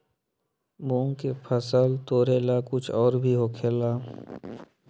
मूंग के फसल तोरेला कुछ और भी होखेला?